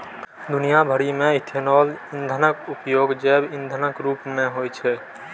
दुनिया भरि मे इथेनॉल ईंधनक उपयोग जैव ईंधनक रूप मे होइ छै